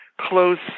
close